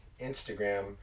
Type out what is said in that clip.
Instagram